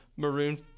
Maroon